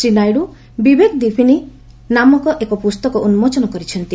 ଶ୍ରୀ ନାଇଡୁ 'ବିବେକ ଦୀପିନୀ' ନାମକ ଏକ ପୁସ୍ତକ ଉନ୍ମୋଚନ କରିଛନ୍ତି